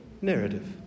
narrative